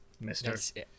mister